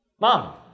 Mom